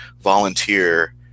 volunteer